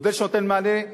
מודל שנותן מענה לחרדים,